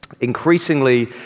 Increasingly